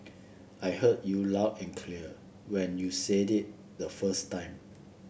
I heard you loud and clear when you said it the first time